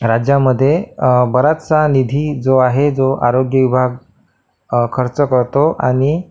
राज्यामध्ये अ बराचसा निधी जो आहे जो आरोग्य विभाग अ खर्च करतो आणि